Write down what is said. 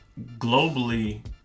globally